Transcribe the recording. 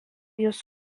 jos